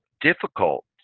difficult